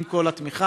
עם כל התמיכה.